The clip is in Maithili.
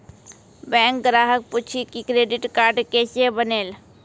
बैंक ग्राहक पुछी की क्रेडिट कार्ड केसे बनेल?